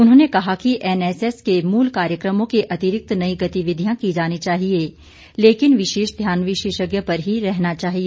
उन्होंने कहा कि एनएसएस के मूल कार्यक्रमों के अतिरिक्त नई गतिविधियां की जानी चाहिए लेकिन विशेष ध्यान विशेषज्ञ पर ही रहना चाहिए